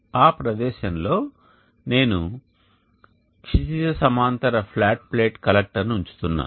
ఆ ప్రదేశంలో నేను క్షితిజ సమాంతర ఫ్లాట్ ప్లేట్ కలెక్టర్ను ఉంచుతున్నాను